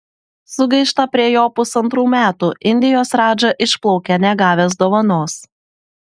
sugaišta prie jo pusantrų metų indijos radža išplaukia negavęs dovanos